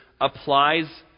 applies